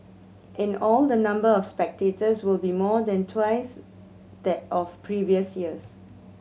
in all the number of spectators will be more than twice that of previous years